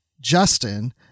Justin